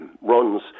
runs